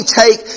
take